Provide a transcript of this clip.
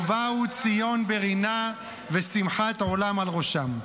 ובאו ציון ברִנה ושמחת עולם על ראשם".